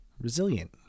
resilient